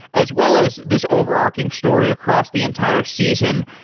as well as this overarching story across the entire season.